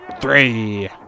three